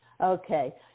Okay